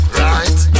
right